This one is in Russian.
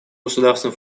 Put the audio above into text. государством